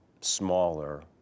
smaller